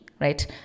right